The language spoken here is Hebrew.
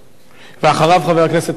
ואחריו, חבר הכנסת טלב אלסאנע.